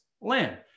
land